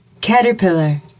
caterpillar